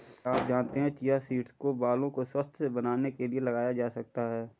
क्या आप जानते है चिया सीड्स को बालों को स्वस्थ्य बनाने के लिए लगाया जा सकता है?